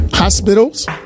hospitals